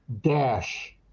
dash